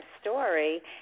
story